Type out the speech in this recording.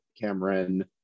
cameron